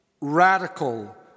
radical